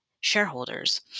shareholders